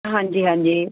ਹਾਂਜੀ ਹਾਂਜੀ